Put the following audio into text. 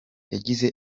yagize